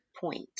point